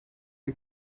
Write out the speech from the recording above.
you